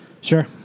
Sure